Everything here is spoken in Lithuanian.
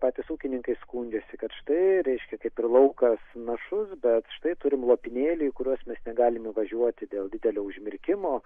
patys ūkininkai skundžiasi kad štai reiškia kaip ir laukas našus bet štai turim lopinėlių į kuriuos mes negalim įvažiuoti dėl didelio užmirkimo